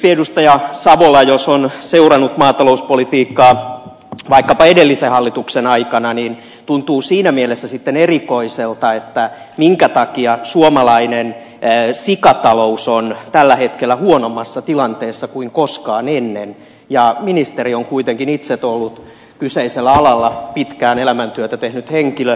jos edustaja savola on seurannut maatalouspolitiikkaa vaikkapa edellisen hallituksen aikana niin tuntuu siinä mielessä erikoiselta että minkä takia suomalainen sikatalous on tällä hetkellä huonommassa tilanteessa kuin koskaan ennen ja ministeri on kuitenkin itse ollut kyseisellä alalla pitkään elämäntyötä tehnyt henkilö